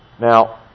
Now